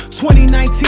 2019